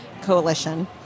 Coalition